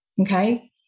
okay